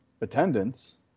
attendance